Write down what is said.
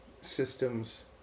systems